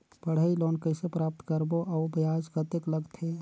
पढ़ाई लोन कइसे प्राप्त करबो अउ ब्याज कतेक लगथे?